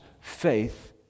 faith